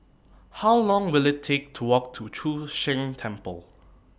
How Long Will IT Take to Walk to Chu Sheng Temple